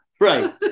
Right